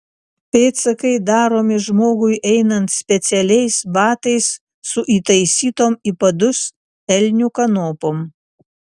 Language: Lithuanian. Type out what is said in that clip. pėdsakai daromi žmogui einant specialiais batais su įtaisytom į padus elnių kanopom